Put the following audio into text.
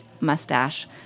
Mustache